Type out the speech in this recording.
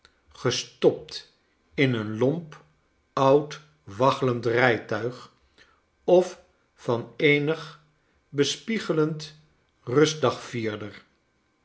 gestopt in een lomp oud waggelend rijtuig of van eenig bespiegelend